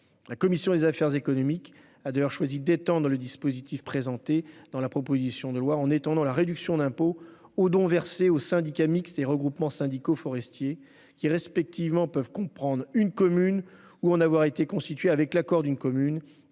La commission des affaires économiques a d'ailleurs choisi d'élargir le dispositif présenté dans la proposition de loi en étendant la réduction d'impôt aux dons versés aux syndicats mixtes et groupements syndicaux forestiers, ces derniers pouvant respectivement comprendre une commune ou avoir été constitués avec l'accord d'une commune.